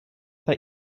bei